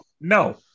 No